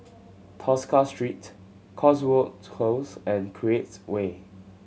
Tosca Street Cotswold Close and Create Way